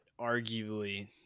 arguably